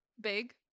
Big